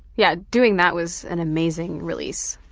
yeah, doing that was an amazing release,